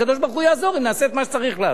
הקדוש-ברוך-הוא יעזור אם נעשה את מה שצריך לעשות.